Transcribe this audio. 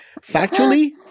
factually